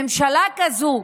עם ממשלה כזאת,